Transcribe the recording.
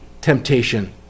temptation